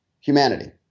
humanity